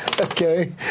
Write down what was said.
Okay